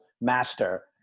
master